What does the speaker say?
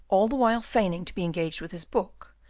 all the while feigning to be engaged with his book,